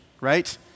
right